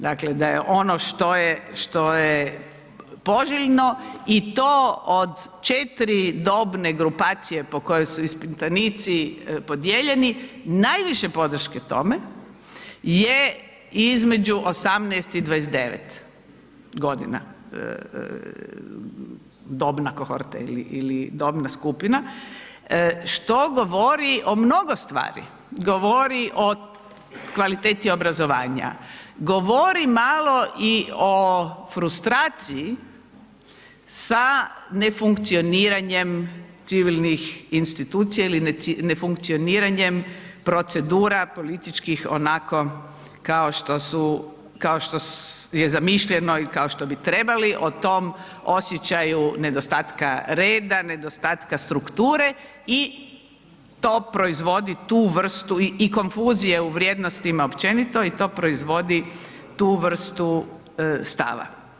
Dakle, da je ono što je, što je poželjno i to od 4 dobne grupacije po kojoj su ispitanici podijeljeni, najviše podrške tome je između 18 i 19.g. dobna kohorta ili dobna skupina, što govori o mnogo stvari, govori o kvaliteti obrazovanja, govori malo i o frustraciji sa nefunkcioniranjem civilnih institucija ili nefunkcioniranjem procedura političkih onako kao što su, kao što je zamišljeno i kao što bi trebali o tom osjećaju nedostatka reda, nedostatka strukture i to proizvodi tu vrstu i konfuzije u vrijednostima općenito i to proizvodi tu vrstu stava.